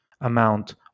amount